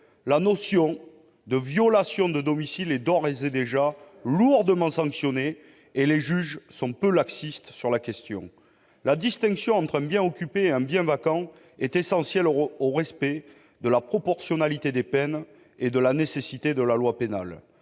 la notion de violation de domicile est d'ores et déjà lourdement sanctionnée et les juges sont peu laxistes sur la question. La distinction entre un bien occupé et un bien vacant est essentielle au respect de la proportionnalité des peines et de la nécessité de la loi pénale.